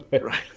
Right